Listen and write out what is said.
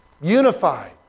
unified